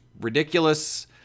ridiculous